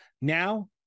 Now